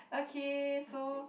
okay so